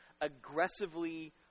aggressively